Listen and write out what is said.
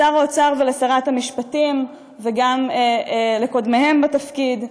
לשר האוצר ולשרת המשפטים וגם לקודמיהם בתפקיד,